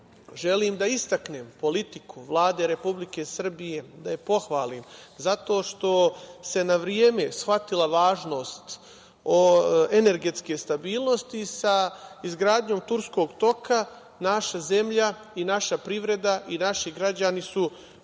da istaknem politiku Vlade Republike Srbije, da je pohvalim, zato što se na vreme shvatila važnost energetske stabilnosti sa izgradnjom Turskog toka. Naša zemlja i naša privreda i naši građani su postali